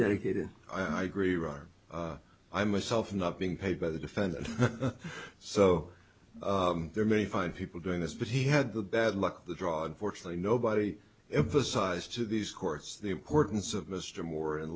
dedicated i gree ron i myself not being paid by the defendant so there are many fine people doing this but he had the bad luck the draw unfortunately nobody emphasized to these courts the importance of mr moore in